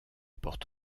porte